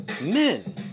Men